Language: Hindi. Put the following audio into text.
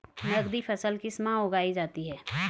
नकदी फसल किस माह उगाई जाती है?